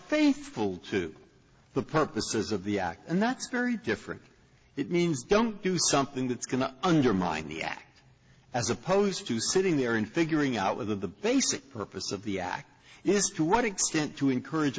faithful to the purposes of the act and that's very different it means you don't do something that's going to undermine the act as opposed to sitting there in figuring out whether the basic purpose of the act is to what extent to encourage